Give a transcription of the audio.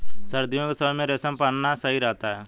सर्दियों के समय में रेशम पहनना सही रहता है